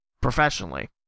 Professionally